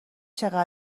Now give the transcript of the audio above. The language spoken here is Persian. چقدر